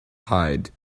hide